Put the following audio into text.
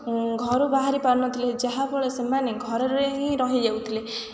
ଘରୁ ବାହାରିପାରୁ ନଥିଲେ ଯାହାଫଳରେ ସେମାନେ ଘରରେ ହିଁ ରହିଯାଉଥିଲେ